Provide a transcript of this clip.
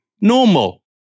normal